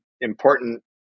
important